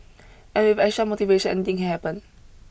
and with extra motivation anything can happen